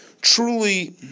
truly